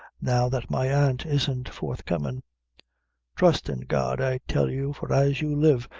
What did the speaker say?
now that my aunt isn't forthcommin' trust in god, i tell you, for as you live,